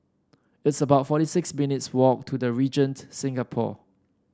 it's about forty six minutes' walk to The Regent Singapore